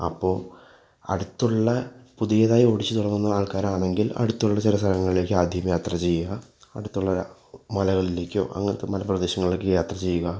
അപ്പോൾ അടുത്തുള്ള പുതിയതായി ഓടിച്ച് തുടങ്ങുന്ന ആൾക്കാരാണെങ്കിൽ അടുത്തുള്ള ചില സ്ഥലങ്ങളിലേക്ക് ആദ്യം യാത്ര ചെയ്യുക അടുത്തുള്ള മലകളിലേക്കോ അങ്ങനത്തെ മല പ്രദേശങ്ങളിൽ ഒക്കെ യാത്ര ചെയ്യുക